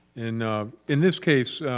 in in this case,